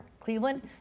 Cleveland